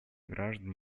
граждан